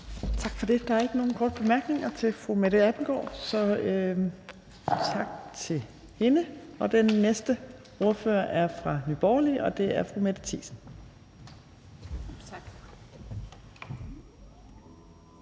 Tak for det. Der er ikke nogen korte bemærkninger til fru Mette Abildgaard, så vi siger tak til hende. Den næste ordfører er fra Nye Borgerlige, og det er fru Mette Thiesen. Kl.